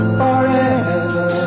forever